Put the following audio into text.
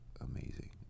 amazing